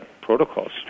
protocols